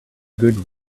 good